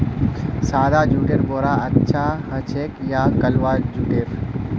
सादा जुटेर बोरा अच्छा ह छेक या कलवा जुटेर